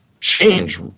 change